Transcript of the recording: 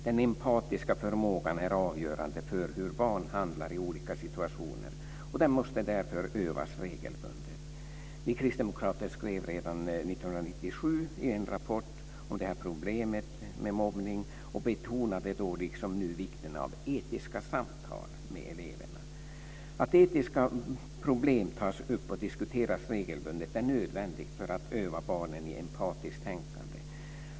Den empatiska förmågan är avgörande för hur barn handlar i olika situationer och den måste därför övas regelbundet. Vi kristdemokrater skrev redan 1997 en rapport om problemet med mobbning. Vi betonade då liksom nu vikten av etiska samtal med eleverna. Att etiska problem tas upp och diskuteras regelbundet är nödvändigt för att öva barnen i empatiskt tänkande.